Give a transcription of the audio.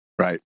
Right